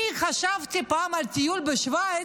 אני חשבתי פעם על טיול בשווייץ,